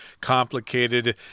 complicated